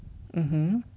mm hmm